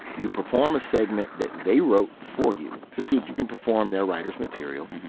you perform a segment that they wrote for you to see if you can perform their writers' material.